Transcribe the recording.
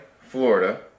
Florida